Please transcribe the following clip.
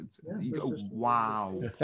Wow